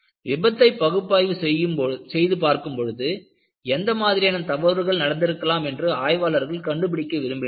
விபத்தை பகுப்பாய்வு செய்து பார்க்கும்போது எந்த மாதிரியான தவறுகள் நடந்திருக்கலாம் என்று ஆய்வாளர்கள் கண்டுபிடிக்க விரும்பினார்கள்